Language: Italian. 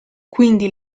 quindi